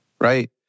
Right